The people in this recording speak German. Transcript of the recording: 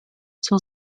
zur